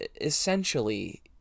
essentially